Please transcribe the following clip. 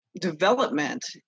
development